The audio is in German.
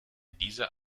dieser